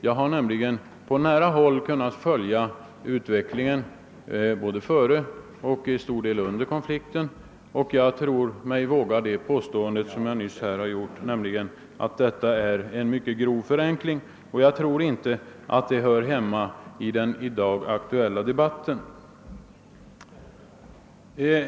Jag har själv på nära håll kunnat följa utvecklingen både före och till stor del under konflikten och jag tror mig våga göra det påstående, som jag nyss framförde, nämligen att det är fråga om en mycket grov förenkling av problematiken.